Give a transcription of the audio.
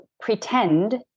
pretend